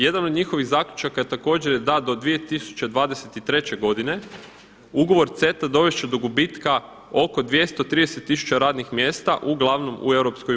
Jedan od njihovih zaključaka je također da do 2023. godine ugovor CETA dovest će do gubitka oko 230 tisuća radnih mjesta uglavnom u EU.